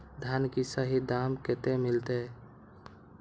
धान की सही दाम कते मिलते?